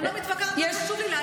יש קיצוץ בכול, לא בקצבאות.